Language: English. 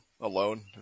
alone